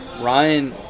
Ryan